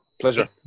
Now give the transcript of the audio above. Pleasure